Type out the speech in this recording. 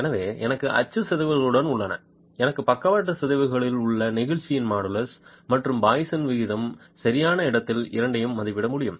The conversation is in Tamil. எனவே எனக்கு அச்சு சிதைவுகள் உள்ளன எனக்கு பக்கவாட்டு சிதைவுகள் உள்ளன நெகிழ்ச்சியின் மாடுலஸ் மற்றும் பாய்சனின் விகிதம் சரியான இடத்தில இரண்டையும் மதிப்பிட முடியும்